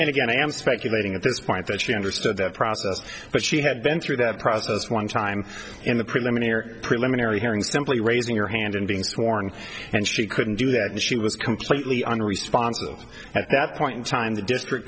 and again i am speculating at this point that she understood the process but she had been through that process one time in the preliminary preliminary hearing simply raising your hand and being sworn and she couldn't do that and she was completely unresponsive at that point in time the district